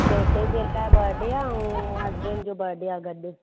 बेटे जे लाइ बडे आहे ऐं हसबैंड जो बडे आहे गॾु